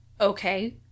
okay